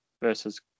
versus